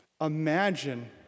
Imagine